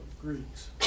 Greeks